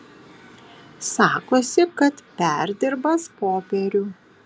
sakosi kad perdirbąs popierių